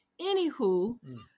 Anywho